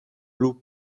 blue